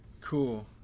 Cool